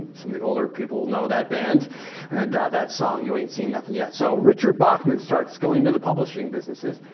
some of the older people know that band and that song, you ain't seen nothing yet. so richard bachman starts going to the publishing businesses.